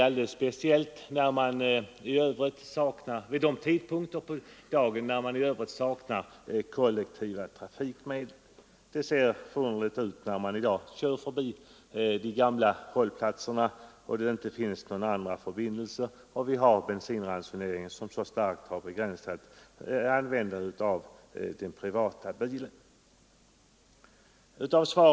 Speciellt viktigt är det att något görs vid tidpunkter när tillgång till andra kollektiva trafikmedel helt saknas. Det är otillfredsställande när tågen i dag bara kör förbi de gamla hållplatserna trots att det inte finns några andra förbindelser och trots att bensinransoneringen så starkt har begränsat användningen av privatbilar.